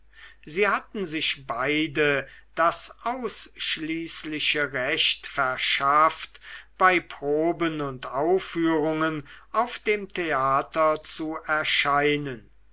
sie hatten sich beide das ausschließliche recht verschafft bei proben und aufführungen auf dem theater zu erscheinen